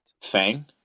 fang